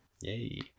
Yay